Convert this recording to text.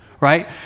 right